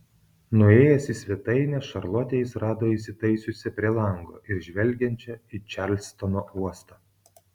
nuėjęs į svetainę šarlotę jis rado įsitaisiusią prie lango ir žvelgiančią į čarlstono uostą